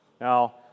Now